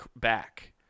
back